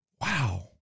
Wow